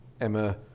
Emma